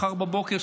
מחר בבוקר,